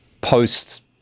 post